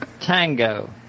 Tango